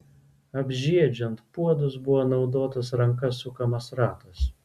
apžiedžiant puodus buvo naudotas ranka sukamas ratas